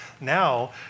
now